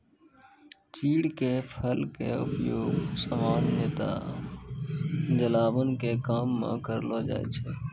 चीड़ के फल के उपयोग सामान्यतया जलावन के काम मॅ करलो जाय छै